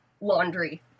laundry